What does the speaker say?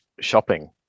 shopping